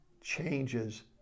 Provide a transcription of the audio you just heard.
changes